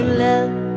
love